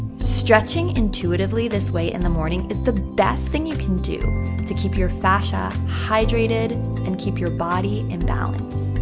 stretching intuitively this way in the morning is the best thing you can do to keep your fascia hydrated and keep your body in balance.